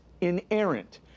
inerrant